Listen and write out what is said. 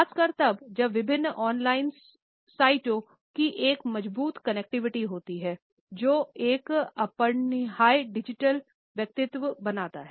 खासकर तब जब विभिन्न ऑन लाइन साइटों की एक मजबूत कनेक्टिविटी होती है जो एक अपरिहार्य डिजिटल व्यक्तित्व बनाता है